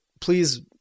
please